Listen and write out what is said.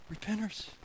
repenters